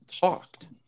talked